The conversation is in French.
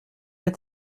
est